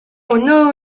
өнөө